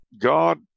God